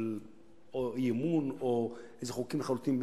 של או אי-אמון או של חוקים לחלוטין,